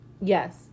Yes